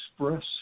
express